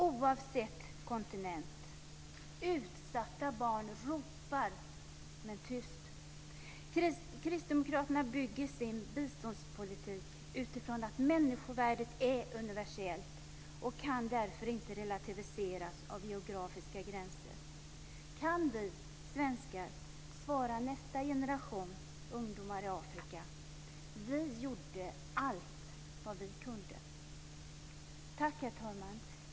Oavsett kontinent: Utsatta barn ropar men tyst. Kristdemokraterna bygger sin biståndspolitik utifrån att människovärdet är universellt och därför inte kan relativiseras av geografiska gränser. Jag undrar om vi svenskar kan svara nästa generation ungdomar i Afrika att vi gjorde allt vi kunde.